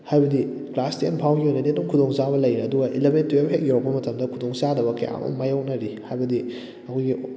ꯍꯥꯏꯕꯗꯤ ꯀ꯭ꯂꯥꯁ ꯇꯦꯟꯐꯥꯎꯕꯒꯤ ꯑꯣꯏꯅꯗꯤ ꯑꯗꯨꯝ ꯈꯨꯗꯣꯡꯆꯥꯕ ꯂꯩꯔꯦ ꯑꯗꯨꯒ ꯏꯂꯕꯦꯟ ꯇꯨꯌꯦꯜꯞ ꯍꯦꯛ ꯌꯧꯔꯛꯄ ꯃꯇꯝꯗ ꯈꯨꯗꯣꯡꯆꯥꯗꯕ ꯀꯌꯥ ꯑꯃ ꯃꯥꯌꯣꯛꯅꯔꯤ ꯍꯥꯏꯕꯗꯤ ꯑꯩꯈꯣꯏꯒꯤ